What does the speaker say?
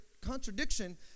contradiction